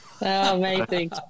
amazing